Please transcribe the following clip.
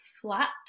flat